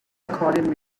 accordion